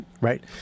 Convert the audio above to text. right